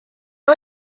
nhw